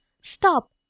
Stop